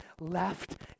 left